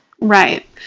Right